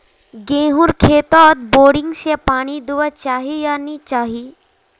गेँहूर खेतोत बोरिंग से पानी दुबा चही या नी चही?